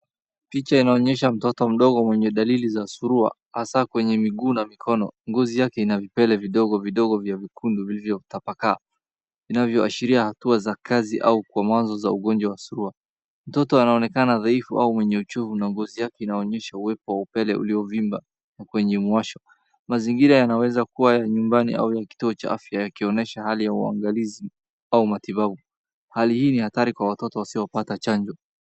Picha inaonyesha mtoto mdogo mwenye dariri za surua hasa kwenye miguu na mikono. Ngozi yake inavipere vidogo vidogo vya vikundu vilivyo tapakaa inavyoashiria hatua za kazi au kwa mwanzo wa surua. Mtoto anaonekana dhaifu au mwenye uchungu na ngozi yake inaonyesha uwepo wa upere uliovimba kwenye mwasho. Mazinira yanaweza kuwa ya nyumbani au kituo cha afya yakionyesha hali ya uangalizi au matibabu. Hali hii ni hatari kwa watoto wasiopata chanjo.